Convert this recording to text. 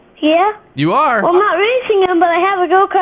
yeah. you are? well not racing em but i have a go